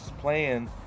playing